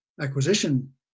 acquisition